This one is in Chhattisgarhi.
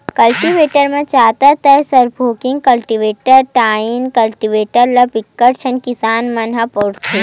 कल्टीवेटर म जादातर स्प्रिंग कल्टीवेटर, टाइन कल्टीवेटर ल बिकट झन किसान मन ह बउरथे